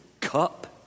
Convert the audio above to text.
cup